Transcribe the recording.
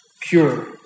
pure